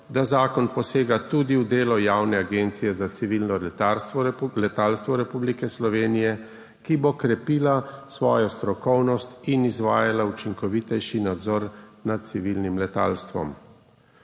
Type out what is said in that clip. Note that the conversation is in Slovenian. da zakon posega tudi v delo Javne agencije za civilno letalstvo Republike Slovenije, ki bo krepila svojo strokovnost in izvajala učinkovitejši nadzor nad civilnim letalstvom.